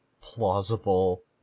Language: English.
plausible